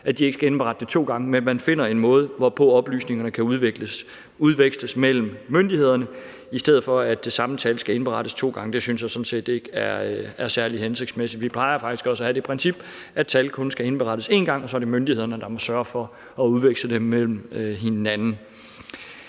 tal, ikke skal indberette det to gange, og at man finder en måde, hvorpå oplysningerne kan udveksles mellem myndighederne, i stedet for at det samme tal skal indberettes to gange. Det synes jeg sådan set ikke er særlig hensigtsmæssigt. Vi plejer faktisk også at have det princip, at tal kun skal indberettes en gang, og så er det myndighederne, der må sørge for at udveksle dem mellem hinanden.